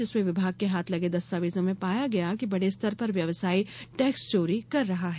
जिसमे विभाग के हाथ लगे दस्तावेजों में पाया गया कि बड़े स्तर पर व्यवसायी टैक्स चोरी कर रहा है